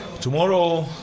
Tomorrow